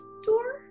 store